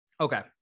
Okay